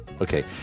Okay